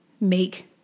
make